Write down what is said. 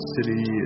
City